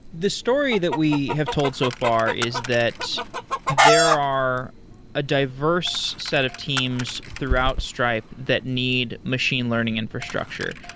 the story that we have told so far is that there are a diverse set of teams throughout stripe that need machine learning infrastructure.